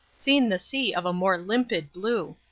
seen the sea of a more limpid blue.